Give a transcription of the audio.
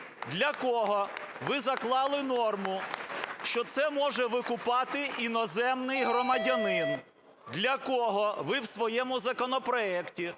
Для кого ви заклали норму, що це може викупати іноземний громадянин? Для кого ви в своєму законопроекті